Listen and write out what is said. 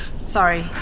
Sorry